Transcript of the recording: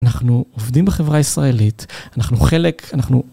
אנחנו עובדים בחברה הישראלית, אנחנו חלק, אנחנו...